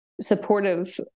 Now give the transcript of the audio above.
supportive